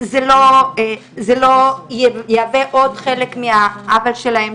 זה לא יהווה עוד חלק מהעוול שלהם,